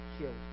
killed